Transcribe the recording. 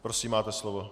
Prosím, máte slovo.